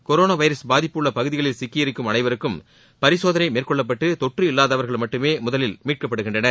corona virus பாதிப்பு உள்ள பகுதிகளில் சிக்கியிருக்கும் அனைவருக்கும் பரிசோதனை மேற்கொள்ளப்பட்டு தொற்று இல்லாதவர்கள் மட்டுமே முதலில் மீட்கப்படுகின்றனர்